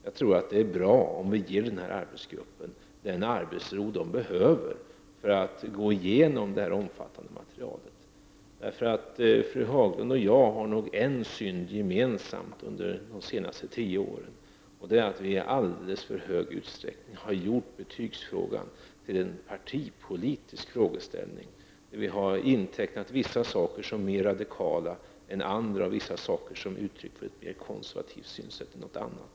Jag tror att det är bra att vi ger arbetsgruppen den arbetsro som den behöver för att gå igenom det omfattande materialet. Fru Haglund och jag har haft ett synsätt gemensamt under de senaste tio åren. Vi har i alldeles för stor utsträckning gjort betygsfrågan till en partipolitisk fråga. Vi har intecknat vissa saker som mer radikala än andra och vissa saker som uttryck för ett mera konservativt synsätt än andra.